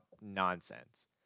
nonsense